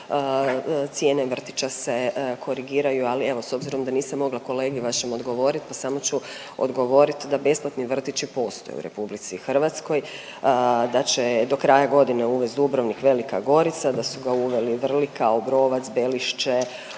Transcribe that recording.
cijene vrtića se korigiraju, ali evo s obzirom da nisam mogla kolegi vašem odgovorit pa samo ću odgovorit da besplatni vrtići postoje u RH, da će do kraja godine uvest Dubrovnik, Velika Gorica, da su ga uveli Vrlika, Obrovac, Belišće,